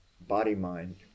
body-mind